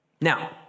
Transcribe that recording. Now